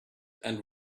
and